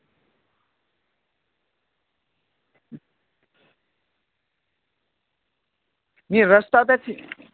एह् रस्ता ते